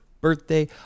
birthday